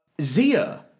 Zia